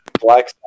Black